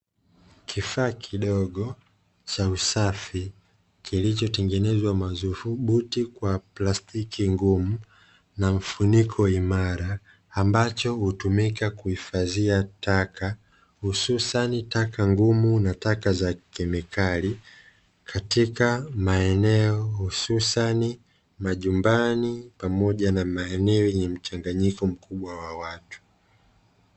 Kifaa kidogo cha usafi kilichotengenezwa madhubuti kwa plastiki ngumu na mfuniko imara, ambacho hutumika kuhifadhia taka hususani taka ngumu na taka za kemikali katika maeneo hususani majumbani pamoja na maeneo yenye mchanganyiko mkubwa wa watu.